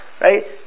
Right